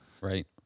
Right